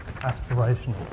aspirational